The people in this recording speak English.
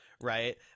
Right